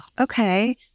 okay